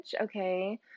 okay